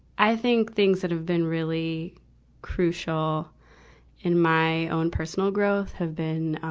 i think things that have been really crucial in my own personal growth have been, ah,